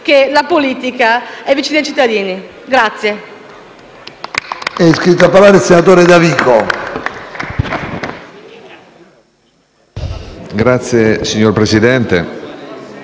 che la politica è vicina ai cittadini.